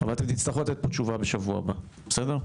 אבל תצטרכו לתת פה תשובה בשבוע הבא, בסדר?